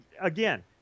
again